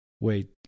wait